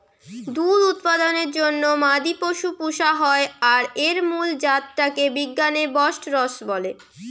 দুধ উৎপাদনের জন্যে মাদি পশু পুশা হয় আর এর মুল জাত টা কে বিজ্ঞানে বস্টরস বলে